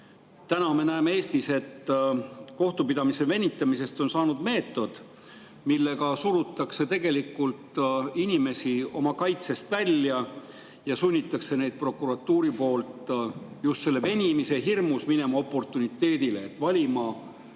Täna me näeme Eestis, et kohtupidamise venitamisest on saanud meetod, millega surutakse inimesi oma kaitsest välja ja sunnitakse neid prokuratuuri poolt just venimise hirmus minema oportuniteedile: tunnistama